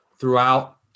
throughout